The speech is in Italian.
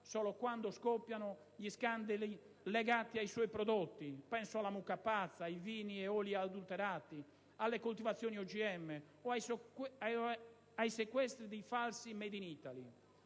solo quando scoppiano gli scandali legati ai suoi prodotti: penso alla mucca pazza, ai vini e oli adulterati, alle coltivazioni OGM o ai sequestri di falsi *made in Italy*.